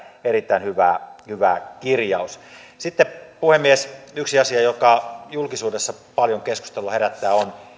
erittäin hyvä kirjaus sitten puhemies yksi asia joka julkisuudessa paljon keskustelua herättää on